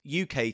UK